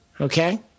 Okay